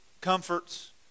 comforts